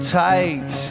tight